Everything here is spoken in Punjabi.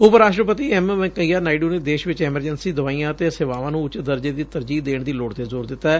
ਉਪ ਰਾਸਟਰਪਤੀ ਐਮ ਵੈਂਕਈਆ ਨਾਇਡੁ ਨੇ ਦੇਸ਼ ਵਿਚ ਐਮਰਜੈਂਸੀ ਦਵਾਈਆਂ ਅਤੇ ਸੇਵਾਵਾਂ ਨੂੰ ਉਚ ਦਰਜੇ ਦੀ ਤਰਜੀਹ ਦੇਣ ਦੀ ਲੋੜ ਤੇ ਜ਼ੋਰ ਦਿੱਤੈ